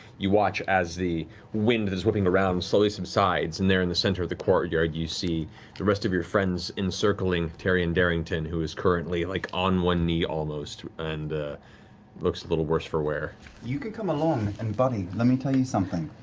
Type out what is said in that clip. you watch as the wind that is whipping around slowly subsides, and there in the center of the courtyard, you see the rest of your friends encircling taryon darrington, who is currently like on one knee almost, and looks a little worse for wear. liam you can come along, and buddy, let me tell you something,